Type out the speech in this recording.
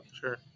sure